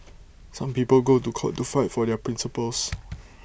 some people go to court to fight for their principles